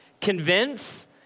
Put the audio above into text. Convince